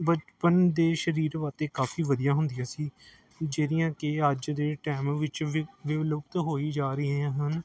ਬਚਪਨ ਦੇ ਸਰੀਰ ਵਾਸਤੇ ਕਾਫੀ ਵਧੀਆ ਹੁੰਦੀਆਂ ਸੀ ਜਿਹੜੀਆਂ ਕਿ ਅੱਜ ਦੇ ਟਾਈਮ ਵਿੱਚ ਵਿ ਵਿਲੁਪਤ ਹੋਈ ਜਾ ਰਹੀਆਂ ਹਨ